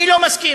אני לא מסכים.